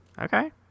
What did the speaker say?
Okay